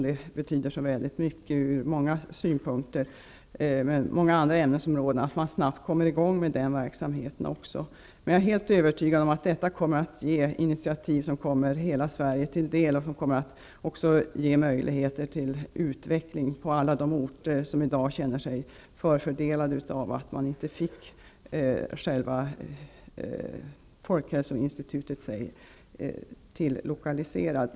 Det är viktigt ur många synpunkter att verksamheten snabbt kommer i gång även på andra ämnesområden. Jag är helt övertygad om att det kommer att tas initiativ som kommer hela Sverige till del och som också kommer att ge möjligheter till utveckling på alla de orter som i dag känner sig förfördelade därför att de inte fick folkhälsoinstitutet.